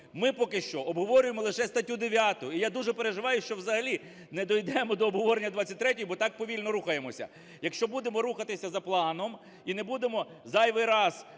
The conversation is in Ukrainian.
ми поки що обговорюємо лише статтю 9. І я дуже переживаю, що взагалі не дійдемо до обговорення 23-ї, бо так повільно рухаємося. Якщо будемо рухатися за планом і не будемо зайвий раз…